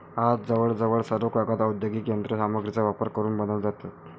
आज जवळजवळ सर्व कागद औद्योगिक यंत्र सामग्रीचा वापर करून बनवले जातात